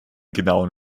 genauen